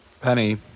Penny